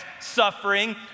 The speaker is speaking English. suffering